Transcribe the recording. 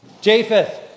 Japheth